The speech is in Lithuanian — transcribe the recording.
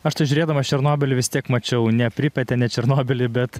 aš tai žiūrėdamas černobylį vis tiek mačiau ne pripetę ne černobylį bet